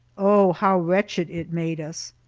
oh, how wretched it made us!